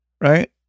right